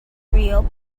reopens